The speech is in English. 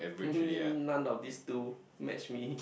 none of these two match me